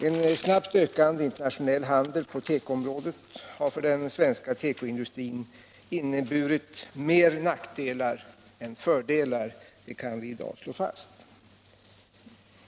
En snabbt ökande internationell handel på tekoområdet har för den svenska tekoindustrin inneburit flera nackdelar än fördelar. Det kan vi i dag slå — fast.